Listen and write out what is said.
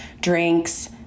drinks